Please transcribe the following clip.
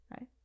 right